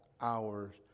hours